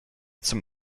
zum